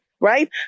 right